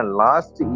last